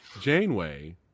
Janeway